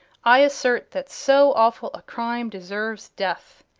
i assert that so awful a crime deserves death,